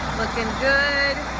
good.